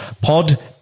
pod